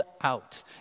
out